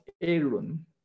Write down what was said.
Aaron